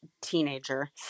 teenager